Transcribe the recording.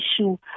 issue